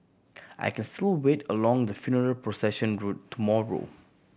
I can still wait along the funeral procession route tomorrow